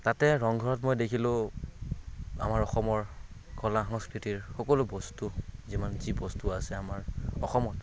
তাতে ৰংঘৰত মই দেখিলোঁ আমাৰ অসমৰ কলা সংস্কৃতিৰ সকলো বস্তু যিমান যি বস্তু আছে আমাৰ অসমত